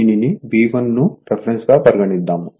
దీనిని V1 ను reference గా పరిగణిద్దాము